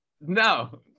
no